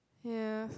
ya